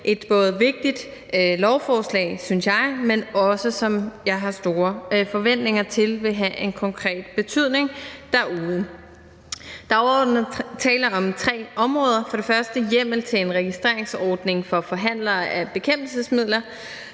det både et vigtigt lovforslag, synes jeg, men også et, som jeg har store forventninger til vil have en konkret betydning derude. Der er overordnet tale om tre områder. For det første: hjemmel til en registreringsordning for forhandlere af bekæmpelsesmidler.